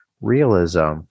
realism